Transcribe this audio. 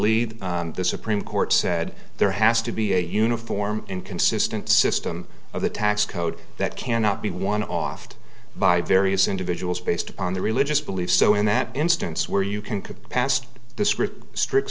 lead the supreme court said there has to be a uniform inconsistent system of the tax code that cannot be one offed by various individuals based upon their religious beliefs so in that instance where you can could past the script strict